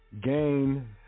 gain